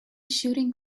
shooting